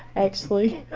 actually.